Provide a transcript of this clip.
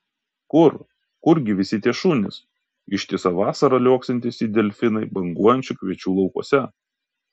kur kurgi visi tie šunys ištisą vasarą liuoksintys it delfinai banguojančių kviečių laukuose